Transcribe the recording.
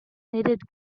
needed